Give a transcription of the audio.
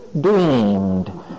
dreamed